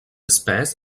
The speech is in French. espèce